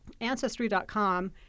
Ancestry.com